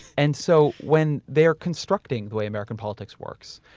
and so, when they are constructing the way american politics works,